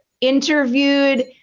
interviewed